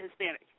Hispanic